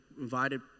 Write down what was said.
invited